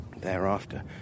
thereafter